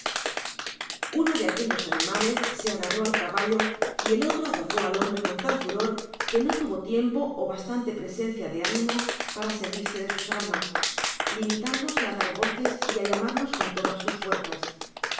uno de aquellos animales se agarró al caballo y el otro atacó al hombre con tal furor que este no tuvo tiempo ó bastante presencia de ánimo para servirse de sus armas limitándose á dar voces y á llamarnos con todas sus fuerzas